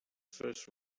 first